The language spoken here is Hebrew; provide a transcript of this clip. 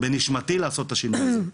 לעשות את השינוי הזה,